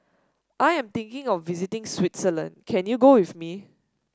I am thinking of visiting Switzerland can you go with me